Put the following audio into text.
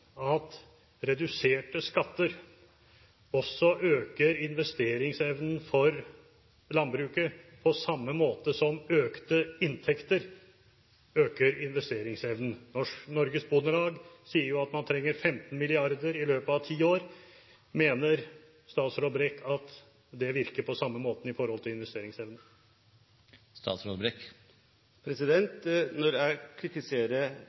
at reduserte skatter også øker investeringsevnen for landbruket, på samme måte som økte inntekter øker investeringsevnen? Norges Bondelag sier at man trenger 15 mrd. kr i løpet av ti år. Mener statsråd Brekk at det virker på samme måte på investeringsevnen? Når jeg kritiserer de forslagene til